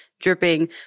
dripping